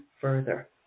further